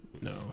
No